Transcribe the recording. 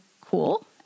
Cool